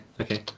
okay